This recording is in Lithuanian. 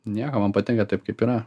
nieko man patinka taip kaip yra